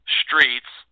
streets